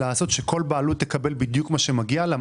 לעשות כך שכל בעלות תקבל בדיוק מה שמגיע לה?